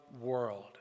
world